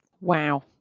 Wow